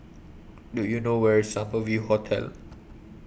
Do YOU know Where IS Summer View Hotel